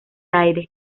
aire